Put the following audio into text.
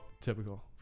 typical